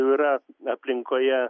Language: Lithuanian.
jau yra aplinkoje